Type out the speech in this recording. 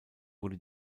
wurde